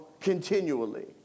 continually